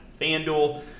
FanDuel